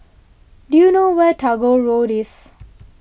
do you know where is Tagore Road